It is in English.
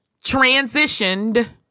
transitioned